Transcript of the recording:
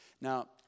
Now